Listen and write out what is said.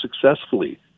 successfully